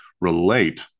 relate